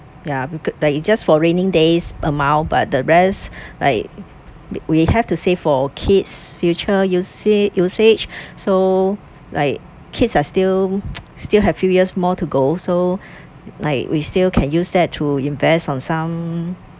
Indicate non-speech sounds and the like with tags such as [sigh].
ya because like you just for rainy days amount but the rest like [breath] we have to save for kids' future usag~ usage [breath] so like kids are still [noise] still have few years more to go so [breath] like we still can use that to invest on some